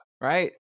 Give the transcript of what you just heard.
Right